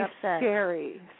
scary